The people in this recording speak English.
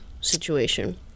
situation